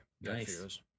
Nice